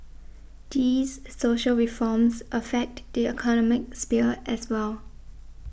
these social reforms affect the economic sphere as well